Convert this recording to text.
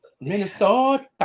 Minnesota